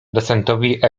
docentowi